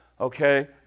okay